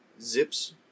zips